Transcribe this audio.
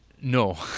no